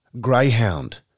Greyhound